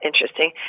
interesting